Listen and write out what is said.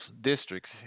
districts